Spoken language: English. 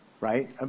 right